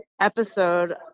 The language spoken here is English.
episode